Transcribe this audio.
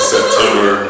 September